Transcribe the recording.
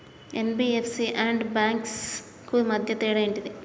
NBFC and banks కు మధ్య తేడా ఏంటిది?